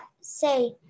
say